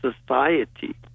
society